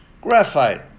graphite